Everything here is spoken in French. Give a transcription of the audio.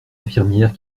infirmière